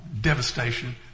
devastation